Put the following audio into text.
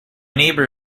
neighbour